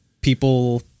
people